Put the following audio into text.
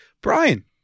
Brian